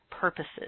purposes